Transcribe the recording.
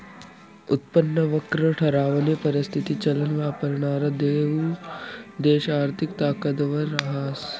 उत्पन्न वक्र ठरावानी परिस्थिती चलन वापरणारा देश आर्थिक ताकदवर रहास